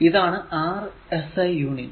ഇതാണ് 6 SI unit